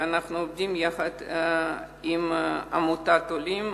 ואנחנו עובדים יחד עם עמותת "עולים".